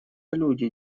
люди